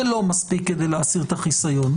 זה לא מספיק כדי להסיר את החיסיון.